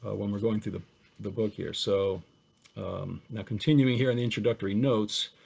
ah when we're going through the the book here, so now continuing here on the introductory notes,